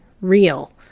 real